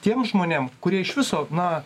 tiem žmonėm kurie iš viso na